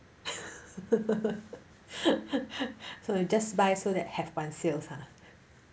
so you just buy so that have one sales ah